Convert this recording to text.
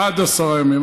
עד עשרה ימים.